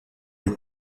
les